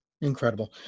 incredible